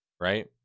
right